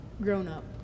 grown-up